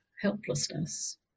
helplessness